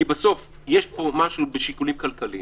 כי בסוף יש פה משהו בשיקולים כלכליים.